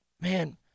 man